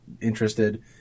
interested